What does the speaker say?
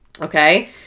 Okay